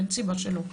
אין סיבה שלא.